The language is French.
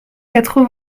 quatre